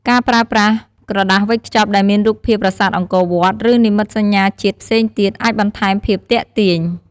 ការប្រើប្រាស់ ក្រដាសវេចខ្ចប់ដែលមានរូបភាពប្រាសាទអង្គរវត្ត ឬ និមិត្តសញ្ញាជាតិផ្សេងទៀត អាចបន្ថែមភាពទាក់ទាញ។